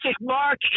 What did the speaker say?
Mark